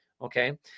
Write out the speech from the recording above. Okay